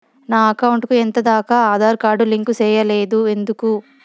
నా అకౌంట్ కు ఎంత దాకా ఆధార్ కార్డు లింకు సేయలేదు ఎందుకు